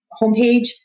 homepage